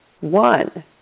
one